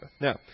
Now